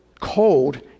cold